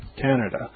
Canada